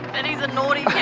and he's a naughty